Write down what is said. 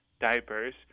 diapers